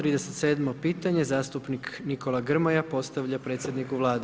37 pitanje, zastupnik Nikola Grmoja postavlja predsjedniku Vlade.